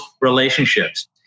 relationships